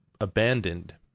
abandoned